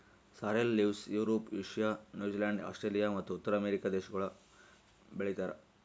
sorrel leaves Europe, Asia, New Zealand, Australia ಮತ್ತ ಉತ್ತರ America ದೇಶಗೊಳ್ ಬೆ ಳಿತಾರ್